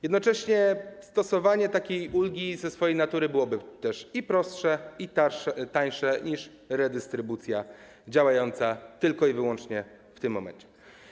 Jednocześnie stosowanie takiej ulgi z natury byłoby prostsze i tańsze niż redystrybucja działająca tylko i wyłącznie w tym momencie.